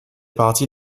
parties